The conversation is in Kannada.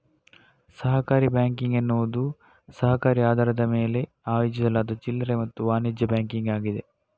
ಸಹಕಾರಿ ಬ್ಯಾಂಕಿಂಗ್ ಎನ್ನುವುದು ಸಹಕಾರಿ ಆಧಾರದ ಮೇಲೆ ಆಯೋಜಿಸಲಾದ ಚಿಲ್ಲರೆ ಮತ್ತು ವಾಣಿಜ್ಯ ಬ್ಯಾಂಕಿಂಗ್ ಆಗಿದೆ